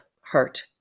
hurt